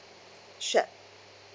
sure